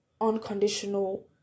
unconditional